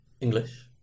English